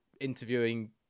interviewing